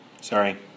Sorry